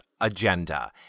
Agenda